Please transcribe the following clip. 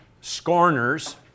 scorners